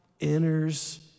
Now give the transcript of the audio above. enters